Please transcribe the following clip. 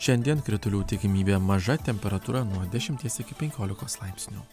šiandien kritulių tikimybė maža temperatūra nuo dešimties iki penkiolikos laipsnių